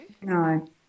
No